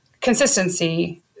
consistency